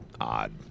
odd